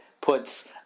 puts